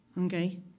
Okay